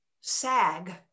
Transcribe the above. Sag